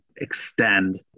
extend